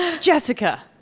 Jessica